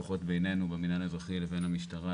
לפחות בינינו במינהל האזרחי לבין המשטרה,